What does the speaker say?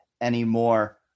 anymore